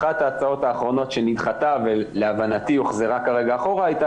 אחת ההצעות האחרונות שנדחתה ולהבנתי הוחזרה כרגע אחורה הייתה